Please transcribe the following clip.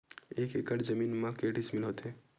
एक एकड़ जमीन मा के डिसमिल होथे?